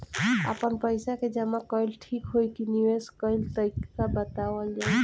आपन पइसा के जमा कइल ठीक होई की निवेस कइल तइका बतावल जाई?